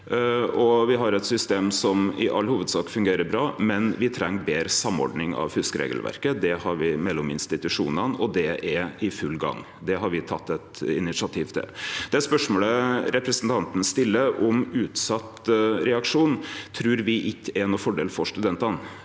Me har eit system som i all hovudsak fungerer bra, men me treng betre samordning av fuskeregelverket. Det har me mellom institusjonane, og det er i full gang. Det har me teke initiativ til. Spørsmålet representanten stiller om utsett reaksjon, trur me ikkje er nokon fordel for studentane.